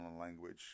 language